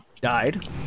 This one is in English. died